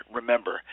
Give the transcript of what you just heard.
remember